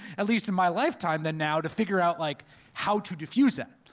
at least in my lifetime than now, to figure out like how to diffuse that.